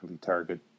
target